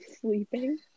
Sleeping